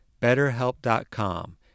BetterHelp.com